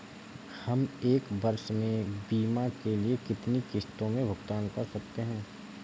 हम एक वर्ष में बीमा के लिए कितनी किश्तों में भुगतान कर सकते हैं?